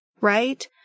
right